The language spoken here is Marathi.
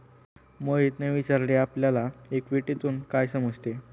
मोहितने विचारले आपल्याला इक्विटीतून काय समजते?